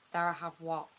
there i have what?